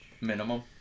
minimum